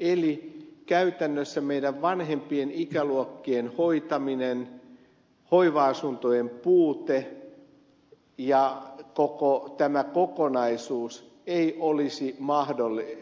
eli käytännössä meidän vanhempien ikäluokkien hoitaminen hoiva asuntojen puute ja koko tämä kokonaisuus ei olisi